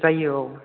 जायो औ